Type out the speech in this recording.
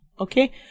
Okay